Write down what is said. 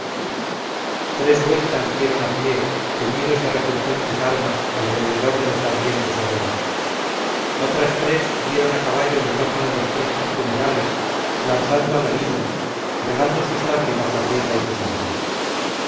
tres vueltas dieron a pie ceñidos de refulgentes armas alrededor de las ardientes hogueras otras tres dieron a caballo en torno de los tristes funerales lanzando alaridos regando sus lágrimas la tierra y sus armas